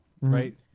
right